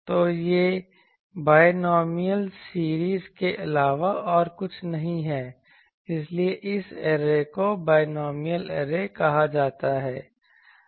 तो यह binomial series के अलावा और कुछ नहीं है इसीलिए इस ऐरे को बायनॉमियल ऐरे कहा जाता है